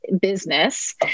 business